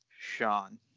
Sean